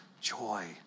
joy